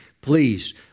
please